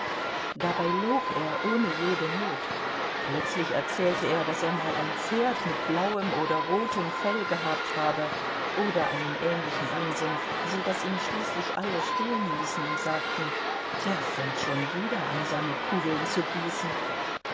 dabei log er ohne jede not plötzlich erzählte er daß er mal ein pferd mit blauem oder rotem fell gehabt habe oder einen ähnlichen unsinn so daß ihn schließlich alle stehenließen und sagten der fängt schon wieder an seine kugeln zu gießen